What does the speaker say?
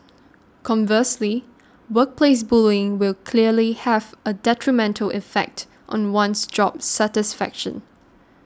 conversely workplace bullying will clearly have a detrimental effect on one's job satisfaction